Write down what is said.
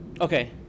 Okay